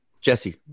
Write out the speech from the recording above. Jesse